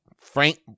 Frank